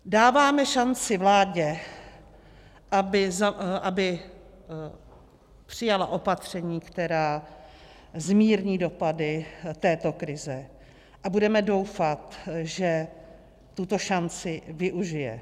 Dáváme šanci vládě, aby přijala opatření, která zmírní dopady této krize, a budeme doufat, že tuto šanci využije.